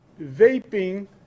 Vaping